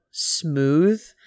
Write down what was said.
smooth